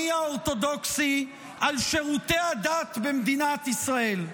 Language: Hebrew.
האורתודוקסי על שירותי הדת במדינת ישראל.